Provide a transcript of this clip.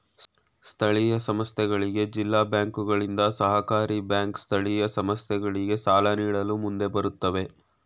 ಸ್ಥಳೀಯ ಸಂಸ್ಥೆಗಳಿಗೆ ಜಿಲ್ಲಾ ಬ್ಯಾಂಕುಗಳಿಂದ, ಸಹಕಾರಿ ಬ್ಯಾಂಕ್ ಸ್ಥಳೀಯ ಸಂಸ್ಥೆಗಳಿಗೆ ಸಾಲ ನೀಡಲು ಮುಂದೆ ಬರುತ್ತವೆ